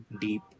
deep